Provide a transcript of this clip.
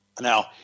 Now